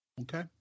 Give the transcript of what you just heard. okay